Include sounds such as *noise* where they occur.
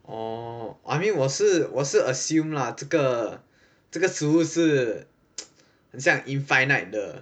orh I mean 我是我是 assume lah 这个这个是食物是 *noise* 很像 infinite 的